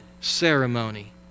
ceremony